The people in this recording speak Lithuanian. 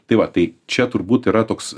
tai va tai čia turbūt yra toks